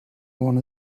one